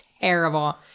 Terrible